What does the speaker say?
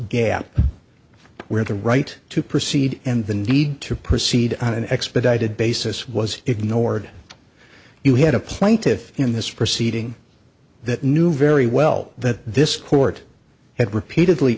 gap where the right to proceed and the need to proceed on an expedited basis was ignored you had a plaintiff in this proceeding that knew very well that this court had repeatedly